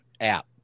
app